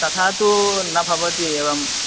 तथा तु न भवति एवं